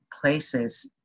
places